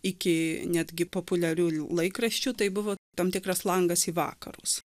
iki netgi populiarių laikraščių tai buvo tam tikras langas į vakarus